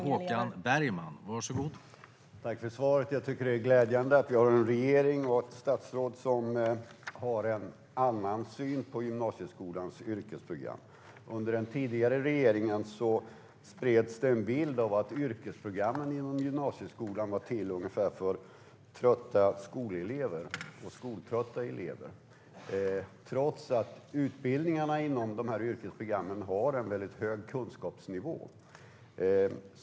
Herr talman! Jag tackar för svaret. Jag tycker att det är glädjande att vi har en regering och ett statsråd som har en annan syn på gymnasieskolans yrkesprogram. Under den tidigare regeringen spreds en bild av att yrkesprogrammen inom gymnasieskolan var till för skoltrötta elever, trots att utbildningarna inom dessa program har en hög kunskapsnivå.